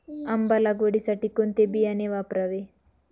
आंबा लागवडीसाठी कोणते बियाणे वापरावे?